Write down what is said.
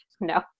no